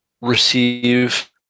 receive